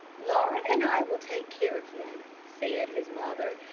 laura and i will take care of them, said his mother,